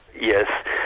Yes